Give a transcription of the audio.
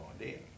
idea